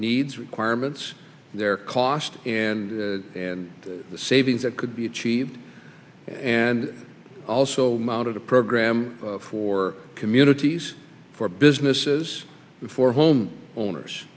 needs requirements their cost and and the savings that could be achieved and also mounted a program for communities for businesses for home owners